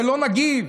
שלא נגיב.